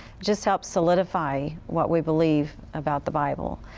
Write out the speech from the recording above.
just helps solidify what we believe about the bible.